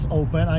open